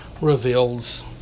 reveals